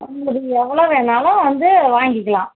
உங்களுக்கு எவ்வளோ வேணாலும் வந்து வாங்கிக்கலாம்